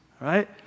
right